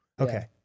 okay